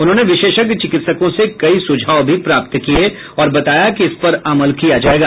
उन्होंने विशेषज्ञ चिकित्सकों से कई सुझाव भी प्राप्त किये और बताया कि इस पर अमल किया जायेगा